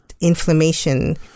inflammation